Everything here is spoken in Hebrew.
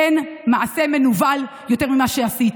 אין מעשה מנוול יותר ממה שעשית.